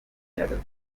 yagaruye